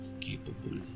capable